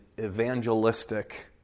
evangelistic